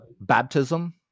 Baptism